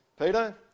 Peter